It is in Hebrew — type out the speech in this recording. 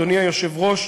אדוני היושב-ראש,